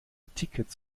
tickets